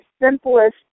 simplest